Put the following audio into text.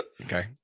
Okay